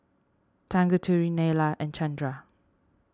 Tanguturi Neila and Chandra